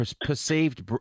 Perceived